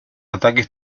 ataques